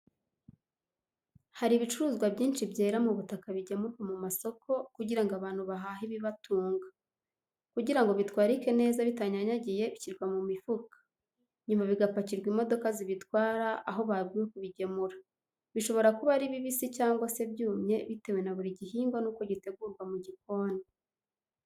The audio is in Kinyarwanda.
Hari ibicuruzwa byinshi byera mu butaka bigemurwa mu masoko kugira ngo abantu bahahe ibibatunga. Kugira ngo bitwarike neza bitanyanyagiye bishyirwa mu mifuka. Nyuma bigapakirwa imodoka zibitwara aho babwiwe kubigemura. Bishobora kuba ari bibisi cyangwa se byumye bitewe na buri gihingwa n'uko gitegurwa mu gikoni.